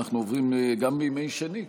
גם בימי שני,